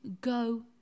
go